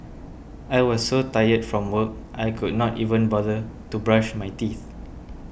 I was so tired from work I could not even bother to brush my teeth